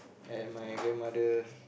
and my grandmother